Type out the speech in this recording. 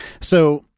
So-